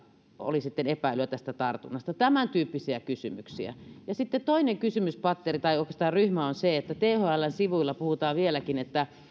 oli epäilyjä tästä tartunnasta tämäntyyppisiä kysymyksiä sitten toinen kysymyspatteri tai oikeastaan ryhmä on se että thln sivuilla puhutaan vieläkin että jos